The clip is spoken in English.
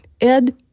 Ed